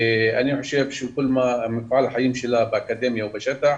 אני חושב שכל מפעל החיים שלה באקדמיה ובשטח